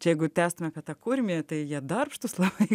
čia jeigu tęstume apie tą kurmį tai jie darbštūs labai